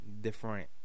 different